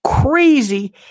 crazy